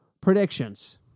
Predictions